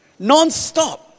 nonstop